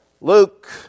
Luke